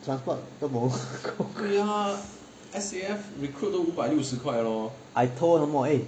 transport 都 bo I told her some more eh